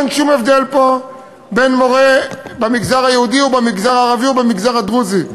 אין פה שום הבדל בין מורה במגזר היהודי או במגזר הערבי או במגזר הדרוזי.